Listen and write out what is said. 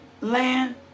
land